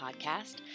podcast